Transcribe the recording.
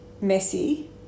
messy